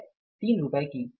3 रुपये की दर से